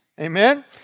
amen